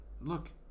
Look